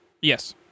Yes